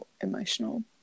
emotional